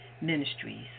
Ministries